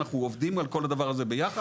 אנחנו עובדים על כל הדבר הזה ביחד.